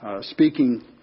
speaking